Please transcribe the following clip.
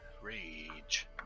rage